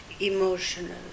emotional